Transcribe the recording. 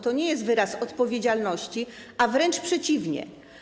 To nie jest wyraz odpowiedzialności, a wręcz przeciwnie.